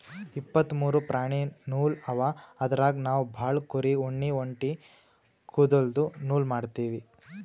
ಇಪ್ಪತ್ತ್ ಮೂರು ಪ್ರಾಣಿ ನೂಲ್ ಅವ ಅದ್ರಾಗ್ ನಾವ್ ಭಾಳ್ ಕುರಿ ಉಣ್ಣಿ ಒಂಟಿ ಕುದಲ್ದು ನೂಲ್ ಮಾಡ್ತೀವಿ